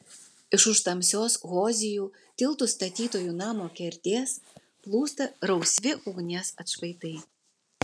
iš už tamsios hozijų tiltų statytojų namo kertės plūsta rausvi ugnies atšvaitai